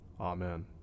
Amen